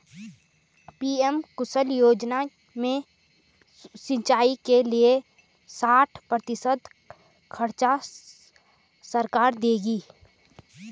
PM Kusum योजना में सिंचाई के लिए साठ प्रतिशत क़र्ज़ सरकार देगी